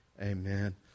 amen